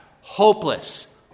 Hopeless